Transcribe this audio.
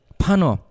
pano